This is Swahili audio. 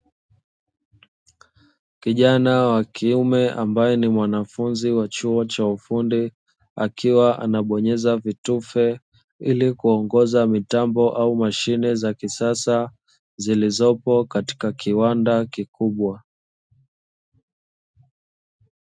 Kijana wa kiume ambaye ni mwanafunzi wa chuo cha ufundi akiwa anabonyeza vitufe, ili kuongoza mitambo au mashine za kisasa zilizopo katika kiwanda kikubwa.